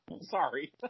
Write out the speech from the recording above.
sorry